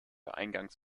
eingangs